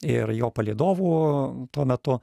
ir jo palydovų tuo metu